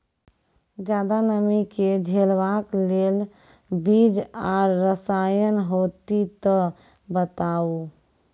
ज्यादा नमी के झेलवाक लेल बीज आर रसायन होति तऽ बताऊ?